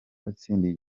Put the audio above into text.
watsindiye